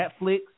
Netflix